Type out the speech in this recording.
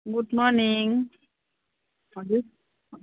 good morning हजुर